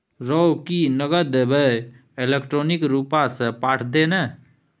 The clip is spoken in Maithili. रौ की नगद देबेय इलेक्ट्रॉनिके रूपसँ पठा दे ने